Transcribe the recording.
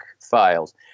files